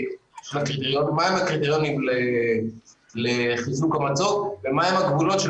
מה הם הקריטריונים לחיזוק המצוק ומה הם הגבולות של